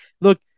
Look